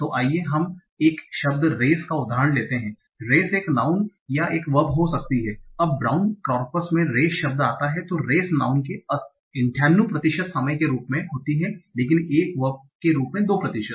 तो आइए हम एक शब्द रेस का उदाहरण लेते हैं - रेस एक नाउँन या एक वर्ब हो सकती है जब ब्राउन कॉर्पस में रेस शब्द आता हैं तो रेस नाउँन के 98 प्रतिशत समय के रूप में होती है लेकिन एक वर्ब के रूप में 2 प्रतिशत